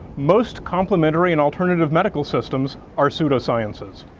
most complementary and alternative medical systems are pseudosciences.